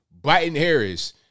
Biden-Harris